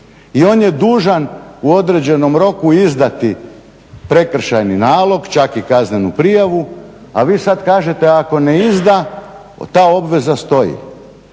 I on je dužan u određenom roku izdati prekršajni nalog čak i kaznenu prijavu a vi sada kažete ako ne izda ta obveza stoji.